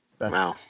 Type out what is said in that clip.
Wow